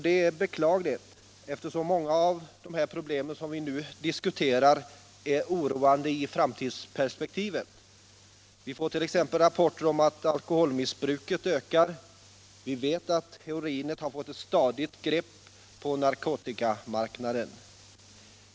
Det är beklagligt, eftersom många av de problem som vi nu diskuterar är oroande i framtidsperspektivet. Vi får t.ex. rapporter om att alkoholmissbruket ökar, och vi vet att heroinet fått ett stadigt grepp på narkotikamarknaden.